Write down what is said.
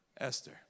Esther